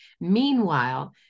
Meanwhile